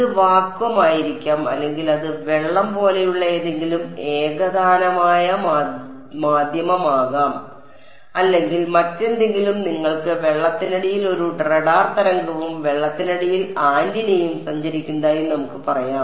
ഇത് വാക്വം ആയിരിക്കാം അല്ലെങ്കിൽ അത് വെള്ളം പോലെയുള്ള ഏതെങ്കിലും ഏകതാനമായ മാധ്യമമാകാം അല്ലെങ്കിൽ മറ്റെന്തെങ്കിലും നിങ്ങൾക്ക് വെള്ളത്തിനടിയിൽ ഒരു റഡാർ തരംഗവും വെള്ളത്തിനടിയിൽ ആന്റിനയും സഞ്ചരിക്കുന്നതായി നമുക്ക് പറയാം